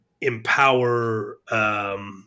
empower